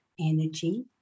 energy